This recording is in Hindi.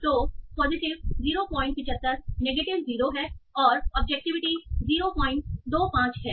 तो पॉजिटिव 075 नेगेटिव 0 है और ऑब्जेक्टिविटी 025 है